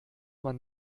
man